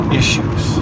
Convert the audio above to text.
issues